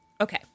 Okay